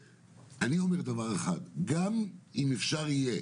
אז אם אפשר יהיה